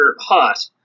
hot